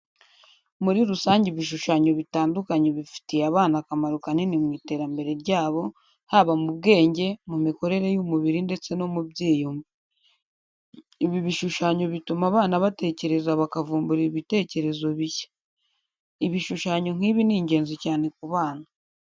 Muri rusange ibishushanyo bitandukanye bifitiye abana akamaro kanini mu iterambere ryabo, haba mu bwenge, mu mikorere y'umubiri, ndetse no mu byiyumvo. Ibi bishushanyo bituma abana batekereza bakavumbura ibitekerezo bishya. Ibishushanyo nk'ibi ni ingenzi cyane ku bana.